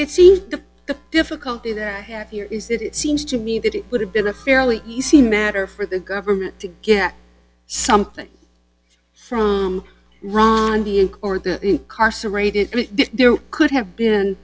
the difficulty that i have here is that it seems to me that it would have been a fairly easy matter for the government to get something from rhonda in court that incarcerated there could have been